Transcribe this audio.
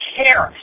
care